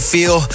Feel